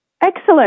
Excellent